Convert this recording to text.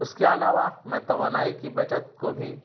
اس کے علاوہ میں توانائی کی بچت کو بھی